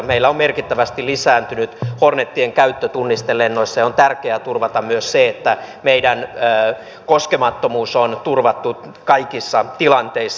meillä on merkittävästi lisääntynyt hornetien käyttö tunnistelennoissa ja on tärkeää turvata myös se että meidän koskemattomuutemme on turvattu kaikissa tilanteissa